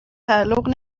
تعلق